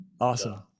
awesome